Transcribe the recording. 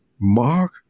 mark